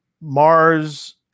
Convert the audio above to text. Mars